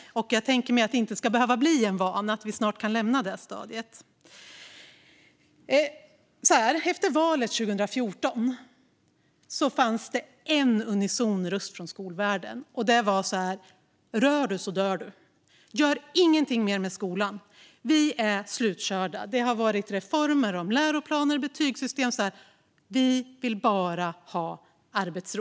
Det ska inte bli någon vana, utan vi kan snart lämna det stadiet. Efter valet 2014 fanns det en unison röst från skolvärlden: Rör du så dör du. Gör ingenting mer med skolan! Vi är slutkörda. Det har varit reformer av läroplaner och betygssystem. Vi vill bara ha arbetsro.